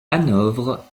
hanovre